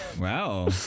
Wow